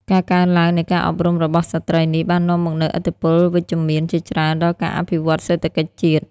ការកើនឡើងនៃការអប់រំរបស់ស្ត្រីនេះបាននាំមកនូវឥទ្ធិពលវិជ្ជមានជាច្រើនដល់ការអភិវឌ្ឍសេដ្ឋកិច្ចជាតិ។